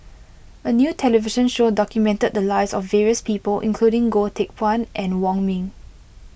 a new television show documented the lives of various people including Goh Teck Phuan and Wong Ming